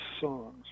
songs